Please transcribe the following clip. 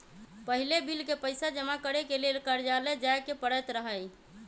पहिले बिल के पइसा जमा करेके लेल कर्जालय जाय के परैत रहए